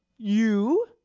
you?